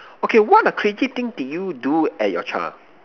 okay what a crazy thing did you do at your child